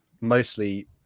mostly